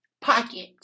pockets